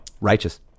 righteous